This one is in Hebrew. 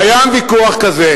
קיים ויכוח כזה,